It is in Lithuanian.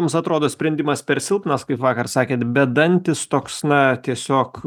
jums atrodo sprendimas per silpnas kaip vakar sakėt bedantis toks na tiesiog